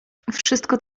wszystko